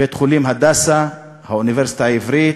בית-החולים "הדסה"; האוניברסיטה העברית,